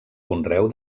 conreu